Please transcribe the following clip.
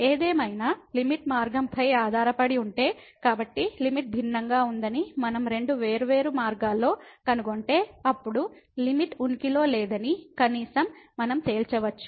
ఏదేమైనా లిమిట్ మార్గంపై ఆధారపడి ఉంటే కాబట్టి లిమిట్ భిన్నంగా ఉందని మనం రెండు వేర్వేరు మార్గాల్లో కనుగొంటే అప్పుడు లిమిట్ ఉనికిలో లేదని కనీసం మనం తేల్చవచ్చు